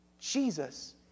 Jesus